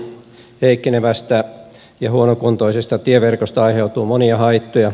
heikkenevästä ja huonokuntoisesta tieverkosta aiheutuu monia haittoja